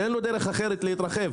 אין לו דרך אחרת להתרחב.